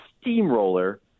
steamroller